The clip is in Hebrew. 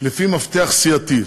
לפי מפתח סיעתי.